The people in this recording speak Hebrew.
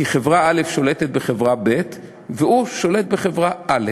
כי חברה א' שולטת בחברה ב', והוא שולט בחברה א'.